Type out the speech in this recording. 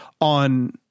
on